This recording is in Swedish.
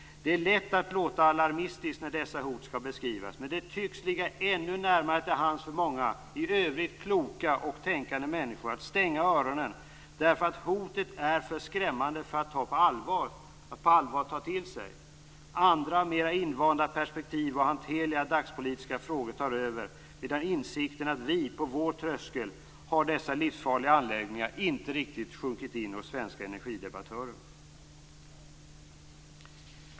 Det är lätt att låta alarmistisk när dessa hot skall beskrivas, men det tycks ligga ännu närmare till hands för många, i övrigt kloka och tänkande, människor att stänga öronen därför att hotet är för skrämmande för att på allvar ta till sig. Andra mer invanda perspektiv och hanterliga dagspolitiska frågor tar över, medan insikten om att vi på vår tröskel har dessa livsfarliga anläggningar inte riktigt har sjunkit in hos svenska energidebattörer.